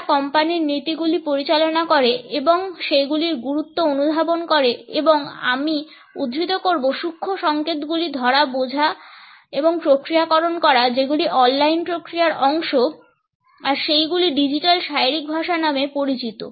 যারা কোম্পানির নীতিগুলি পরিচালনা করে এবং সেগুলির গুরুত্ব অনুধাবন করে এবং আমি উদ্ধৃত করব সূক্ষ্ম সংকেত গুলি ধরা বোঝা এবং প্রক্রিয়াকরণ করা যেগুলি অনলাইন প্রক্রিয়ার অংশ আর সেইগুলি ডিজিটাল শারীরিক ভাষা নামে পরিচিত